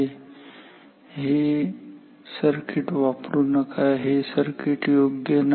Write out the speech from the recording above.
त्यामुळे हे सर्किट वापरू नका हे सर्किट योग्य नाही